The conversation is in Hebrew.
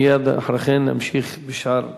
מייד אחרי כן נמשיך בשאר סדר-היום.